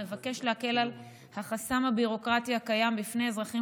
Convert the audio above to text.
מבקש להקל על החסם הביורוקרטי הקיים בפני אזרחים